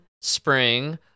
spring